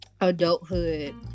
adulthood